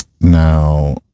Now